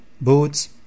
Boots